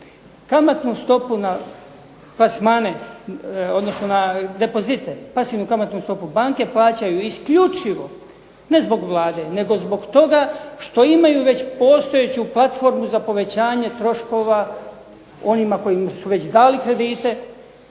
odnosno na depozite, pasivnu kamatnu stopu banke plaćaju isključivo ne zbog Vlade nego zbog toga što imaju već postojeću platformu za povećanje troškova onima kojima su već dali kredite,